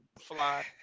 fly